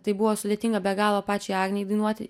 tai buvo sudėtinga be galo pačiai agnei dainuoti